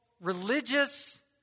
religious